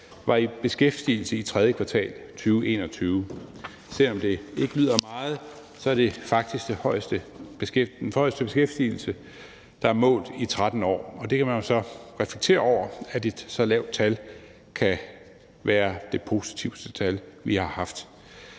var i beskæftigelse i tredje kvartal 2021. Selv om det ikke lyder af meget, er det faktisk den højeste beskæftigelse, der er målt i 13 år. Og man kan jo så reflektere over, at et så lavt tal kan være det mest positive tal, vi har haft.